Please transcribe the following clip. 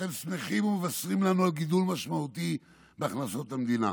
אתם שמחים ומבשרים לנו על גידול משמעותי בהכנסות המדינה.